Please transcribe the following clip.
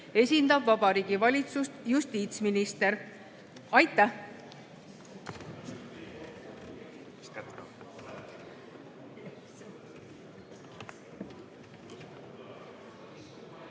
esindab Vabariigi Valitsust justiitsminister. Aitäh!